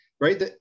right